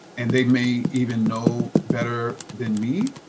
and they may even know better than me.